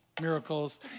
miracles